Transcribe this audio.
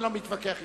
אני לא מתווכח אתך,